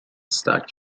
stock